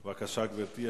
בבקשה, גברתי.